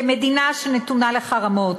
כמדינה שנתונה לחרמות,